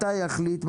מתי יחליט,